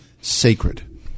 sacred